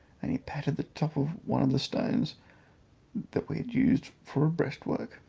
and he patted the top of one of the stones that we had used for a breastwork.